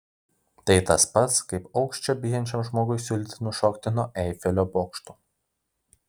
tai tas pats kaip aukščio bijančiam žmogui siūlyti nušokti nuo eifelio bokšto